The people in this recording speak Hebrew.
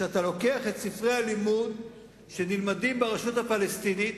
כשאתה לוקח את ספרי הלימוד שנלמדים ברשות הפלסטינית,